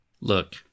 Look